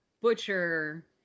butcher